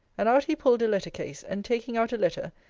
and out he pulled a letter-case, and taking out a letter,